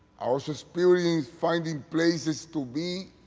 our so experience finding places to be,